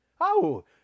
Oh